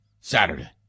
Saturday